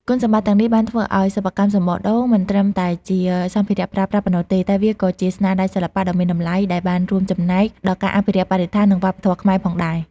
គុណសម្បត្តិទាំងនេះបានធ្វើឱ្យសិប្បកម្មសំបកដូងមិនត្រឹមតែជាសម្ភារៈប្រើប្រាស់ប៉ុណ្ណោះទេ តែវាក៏ជាស្នាដៃសិល្បៈដ៏មានតម្លៃដែលបានរួមចំណែកដល់ការអភិរក្សបរិស្ថាន និងវប្បធម៌ខ្មែរផងដែរ។